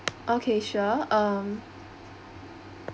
okay sure um